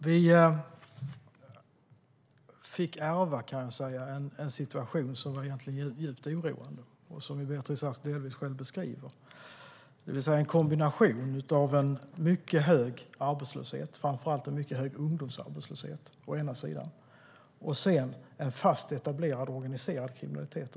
Herr talman! Regeringen fick ärva en situation som var djupt oroande, som Beatrice Ask delvis själv beskriver. Det var en kombination av en mycket hög arbetslöshet, framför allt en mycket hög ungdomsarbetslöshet, och en fast etablerad och organiserad kriminalitet.